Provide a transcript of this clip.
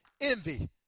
envy